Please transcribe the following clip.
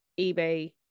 eBay